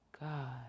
God